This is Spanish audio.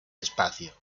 espacio